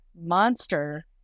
Monster